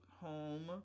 home